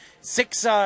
Six